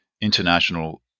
international